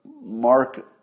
mark